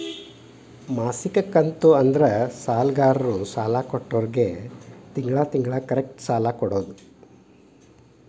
ಮಾಸಿಕ ಕಂತು ಅಂದ್ರ ಸಾಲಗಾರರು ಸಾಲ ಕೊಟ್ಟೋರ್ಗಿ ತಿಂಗಳ ತಿಂಗಳ ಕರೆಕ್ಟ್ ಸಾಲ ಕೊಡೋದ್